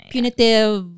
Punitive